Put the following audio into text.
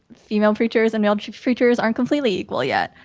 female preachers and male preachers aren't completely equal yet.